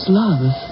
love